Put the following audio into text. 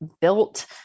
built